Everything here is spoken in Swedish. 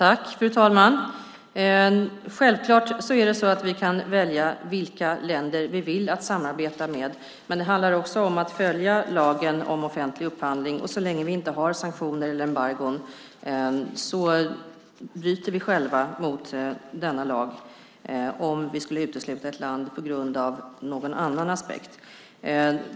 Fru talman! Vi kan självfallet välja vilka länder vi vill samarbeta med, men det handlar också om att följa lagen om offentlig upphandling. Så länge vi inte har sanktioner eller embargon bryter vi själva mot denna lag om vi skulle utesluta ett land på grund av någon annan aspekt.